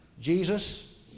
Jesus